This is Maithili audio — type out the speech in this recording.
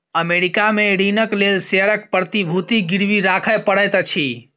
अमेरिका में ऋणक लेल शेयरक प्रतिभूति गिरवी राखय पड़ैत अछि